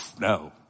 no